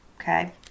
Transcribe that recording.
okay